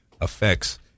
affects